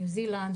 ניו זילנד,